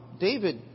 David